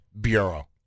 Bureau